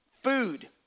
food